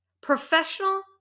professional